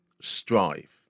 strive